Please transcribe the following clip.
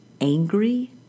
Angry